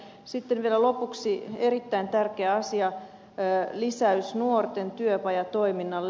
sitten vielä lopuksi erittäin tärkeä asia lisäys nuorten työpajatoiminnalle